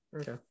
Okay